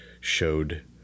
showed